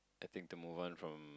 I think to move on from